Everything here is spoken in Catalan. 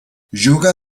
juga